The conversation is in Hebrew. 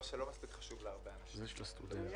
חברים,